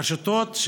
הרשתות,